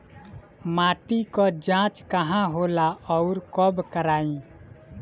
माटी क जांच कहाँ होला अउर कब कराई?